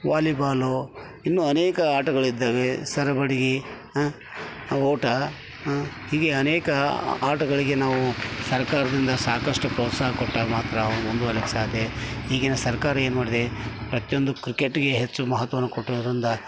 volleyball ಇನ್ನೂ ಅನೇಕ ಆಟಗಳು ಇದ್ದಾವೆ ಸರಿ ಬಡ್ಗೆ ಓಟ ಹೀಗೆ ಅನೇಕ ಆಟಗಳಿಗೆ ನಾವು ಸರ್ಕಾರದಿಂದ ಸಾಕಷ್ಟು ಪ್ರೋತ್ಸಾಹ ಕೊಟ್ಟಾಗ ಮಾತ್ರ ಮುಂದುವರೀಲಿಕ್ ಸಾಧ್ಯ ಈಗಿನ ಸರ್ಕಾರ ಏನು ಮಾಡಿದೆ ಪ್ರತಿಯೊಂದು ಕ್ರಿಕೆಟ್ಟಿಗೆ ಹೆಚ್ಚು ಮಹತ್ವವನ್ನು ಕೊಟ್ಟಿರೋದರಿಂದ